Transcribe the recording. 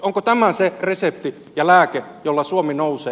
onko tämä se resepti ja lääke jolla suomi nousee